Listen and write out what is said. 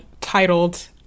titled